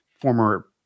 former